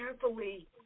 carefully